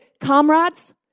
comrades